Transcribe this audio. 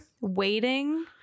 waiting